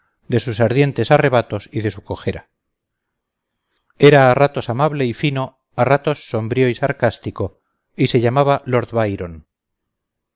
de sus ardientes arrebatos y de su cojera era a ratos amable y fino a ratos sombrío y sarcástico y se llamaba lord byron